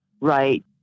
Right